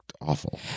awful